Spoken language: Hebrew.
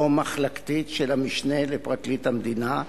או מחלקתית של המשנה לפרקליט המדינה,